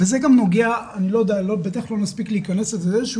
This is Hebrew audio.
וזה גם נוגע בטח לא נספיק להכנס לזה איזו